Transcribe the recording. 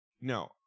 no